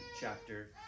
chapter